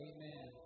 Amen